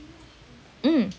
mm